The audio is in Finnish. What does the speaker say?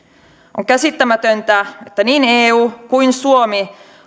on käsittämätöntä että niin eu kuin suomi